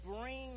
bring